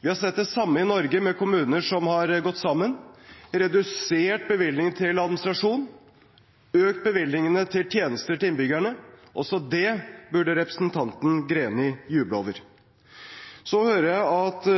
Vi har sett det samme i Norge med kommuner som har gått sammen, de har redusert bevilgningene til administrasjon og økt bevilgningene til tjenester til innbyggerne. Også det burde representanten Greni jublet over. Så hører jeg at